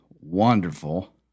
wonderful